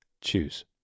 choose